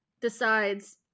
decides